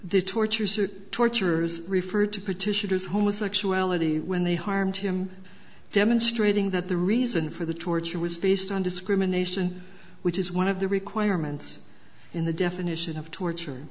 the tortures that tortures referred to petitioners homosexuality when they harmed him demonstrating that the reason for the torture was based on discrimination which is one of the requirements in the definition of torture